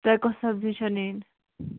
تۄہہِ کۄس سبزی چھَو نِنۍ